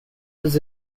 his